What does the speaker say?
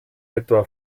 etwa